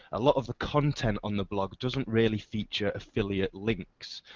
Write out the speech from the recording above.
a lot of the content on the blog doesn't really feature affiliate links.